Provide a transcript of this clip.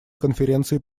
конференции